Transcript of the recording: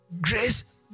Grace